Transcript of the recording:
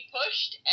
pushed